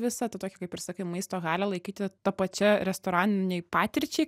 visą tą tokį kaip ir sakai maisto halę laikyti tapačia restoraninei patirčiai